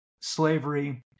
slavery